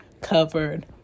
covered